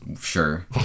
Sure